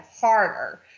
harder